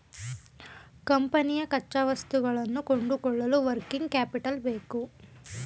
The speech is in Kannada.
ಕಂಪನಿಯ ಕಚ್ಚಾವಸ್ತುಗಳನ್ನು ಕೊಂಡುಕೊಳ್ಳಲು ವರ್ಕಿಂಗ್ ಕ್ಯಾಪಿಟಲ್ ಬೇಕು